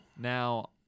Now